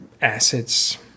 assets